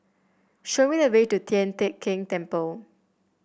show me the way to Tian Teck Keng Temple